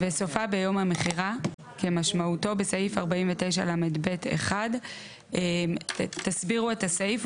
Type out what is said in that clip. וסופה ביום המכירה כמשמעותו בסעיף 49לב1,"; הסבירו את הסעיף,